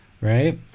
right